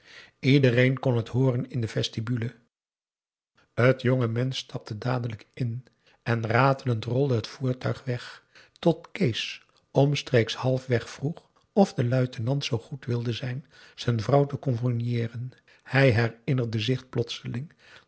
iedereen kon het hooren in de vestibule t jonge mensch stapte dadelijk in en ratelend rolde het voertuig weg tot kees omstreeks halfweg vroeg of de luitenant zoo goed wilde zijn z'n vrouw te convoyeeren hij herinnerde zich plotseling